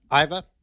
Iva